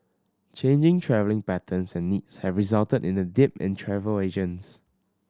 changing travelling patterns and needs have resulted in a dip in travel agents